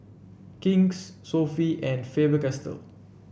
King's Sofy and Faber Castell